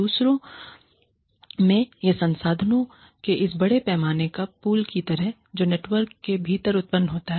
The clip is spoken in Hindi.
दूसरे में यह संसाधनों के इस बड़े पैमाने पर पूल की तरह है जो नेटवर्क के भीतर उत्पन्न होता है